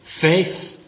faith